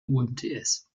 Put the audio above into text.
umts